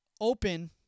open